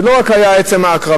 זה לא היה רק עצם ההקרבה,